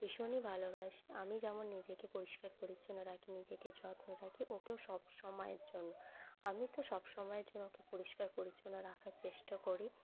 ভীষণই ভালোবাসি আমি যেমন নিজেকে পরিষ্কার পরিচ্ছন্ন রাখি নিজেকে যত্ন রাখি ওকেও সব সময়ের জন্য আমি তো সব সময়ের জন্য ওকে পরিষ্কার পরিচ্ছন্ন রাখার চেষ্টা করি